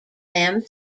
them